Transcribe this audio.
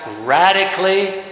radically